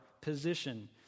position